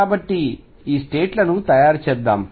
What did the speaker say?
కాబట్టి ఈ స్టేట్ లను తయారు చేద్దాం